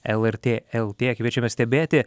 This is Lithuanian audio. lrt lt kviečiame stebėti